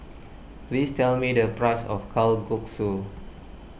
please tell me the price of Kalguksu